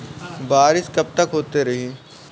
बरिस कबतक होते रही?